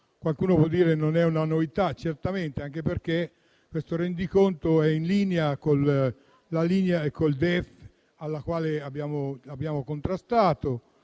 Qualcuno potrà dire che non è una novità; certamente, anche perché questo rendiconto è in linea con il DEF che abbiamo contrastato